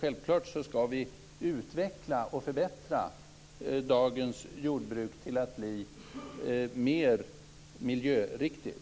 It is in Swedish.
Självklart skall vi utveckla och förbättra dagens jordbruk till att bli mer miljöriktigt.